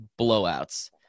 blowouts